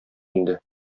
инде